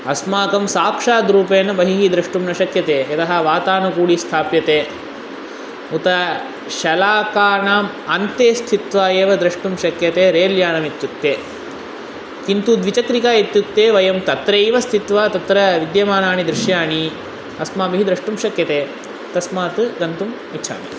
अस्माकं साक्षात् रूपेण बहिः द्रष्टुं न शक्यते यतः वातानुकूलितः स्थाप्यते उत शलाकाणाम् अन्ते स्थित्वा एव द्रष्टुं शक्यते रैलयानमित्युक्ते किन्तु द्विचक्रिका इत्युक्ते वयं तत्रैव स्थित्वा तत्र विद्यमानानि दृश्याणि अस्माभिः द्रष्टुं शक्यते तस्मात् गन्तुम् इच्छामि